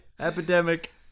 epidemic